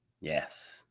Yes